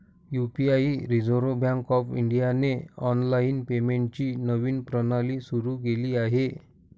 UPI reserve bank of इंडियाने online पेमेंटची नवीन प्रणाली सुरू केली आहे